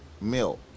milk